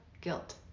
Guilt